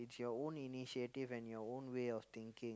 it's your own initiative and your own way of thinking